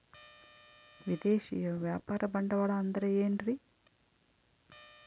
ವಿದೇಶಿಯ ವ್ಯಾಪಾರ ಬಂಡವಾಳ ಅಂದರೆ ಏನ್ರಿ?